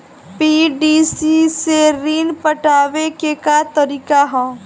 PDC से ऋण पटावे के का तरीका ह?